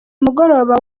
umugoroba